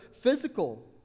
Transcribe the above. physical